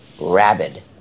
rabid